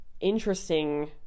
interesting